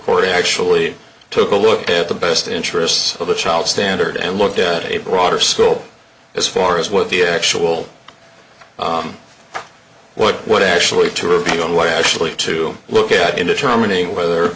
court actually took a look at the best interests of the child standard and looked at a broader school as far as what the actual what what actually to review online actually to look at in determining whether